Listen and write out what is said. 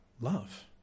love